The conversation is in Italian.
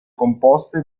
composte